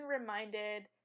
reminded